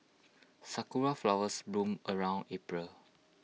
Sakura Flowers bloom around April